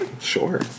Sure